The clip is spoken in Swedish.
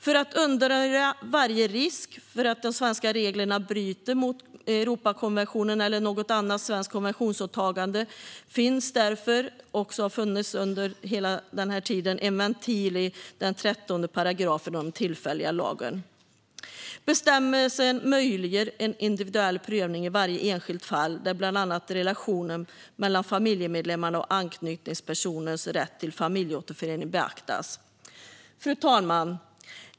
För att undanröja varje risk för att de svenska reglerna bryter mot Europakonventionen eller något annat svenskt konventionsåtagande finns därför en ventil i 13 § i den tillfälliga lagen. Bestämmelsen möjliggör en individuell prövning i varje enskilt fall, där bland annat relationen mellan familjemedlemmarna och anknytningspersonens rätt till familjeåterförening beaktas. Fru talman!